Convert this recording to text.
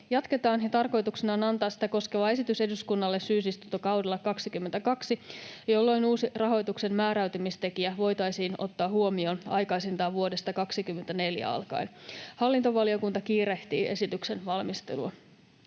jatketaan, ja tarkoituksena on antaa sitä koskeva esitys eduskunnalle syysistuntokaudella 22, jolloin uusi rahoituksen määräytymistekijä voitaisiin ottaa huomioon aikaisintaan vuodesta 24 alkaen. Hallintovaliokunta kiirehtii esityksen valmistelua.